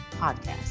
podcast